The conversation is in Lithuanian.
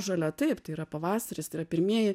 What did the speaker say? žalia taip tai yra pavasaris tai yra pirmieji